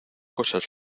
cosas